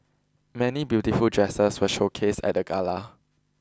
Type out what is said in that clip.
many beautiful dresses were showcased at the gala